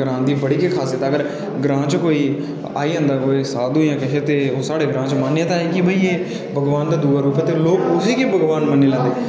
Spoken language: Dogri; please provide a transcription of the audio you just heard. ग्रांऽ दी बड़ी गै खासीयत ऐ अगर ग्रांऽ च कोई आई जंदा साधु जां किश ते ओह् साढ़े ग्रांऽ च मान्यता ऐ की भाई एह् भगवान दा दूआ रूप ऐ ते उसी गै भगवान मन्नी लैंदे